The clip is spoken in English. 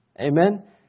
Amen